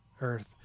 earth